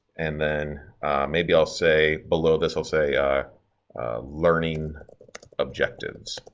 and then maybe i'll say below this i'll say, learning objectives